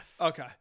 Okay